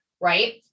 right